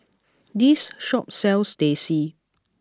this shop sells Teh C